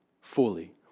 fully